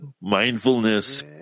mindfulness